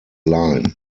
line